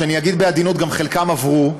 ואני אגיד בעדינות: חלקם גם עברו,